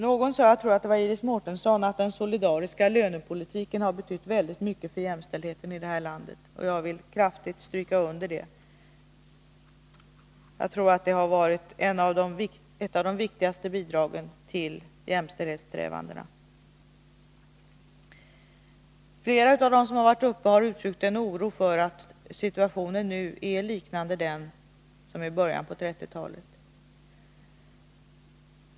Någon sade — jag tror att det var Iris Mårtensson — att den solidariska lönepolitiken har betytt väldigt mycket för jämställdheten här i landet, och jag vill kraftigt stryka under det. Jag tror att den har varit ett av de viktigaste bidragen till jämställdhetssträvandena. Flera av dem som talat i den här debatten har uttryckt en oro för att situationen nu liknar den situation som rådde i början på 1930-talet.